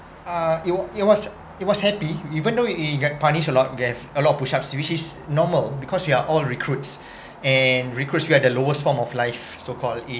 uh it wa~ it was it was happy even though we we get punish a lot gave a lot of push ups which is normal because we are all recruits and recruits we are the lowest form of life so called